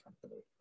Company